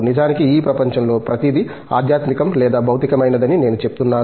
నిజానికి ఈ ప్రపంచంలో ప్రతిదీ ఆధ్యాత్మికం లేదా భౌతికమైనదని నేను చెప్తున్నాను